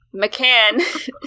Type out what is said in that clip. McCann